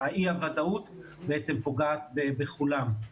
אי-הוודאות בעצם פוגעת בכולם.